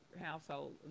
household